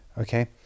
okay